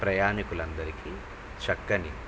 ప్రయాణికులందరికీ చక్కని